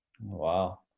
Wow